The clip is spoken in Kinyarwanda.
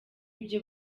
ibyo